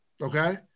okay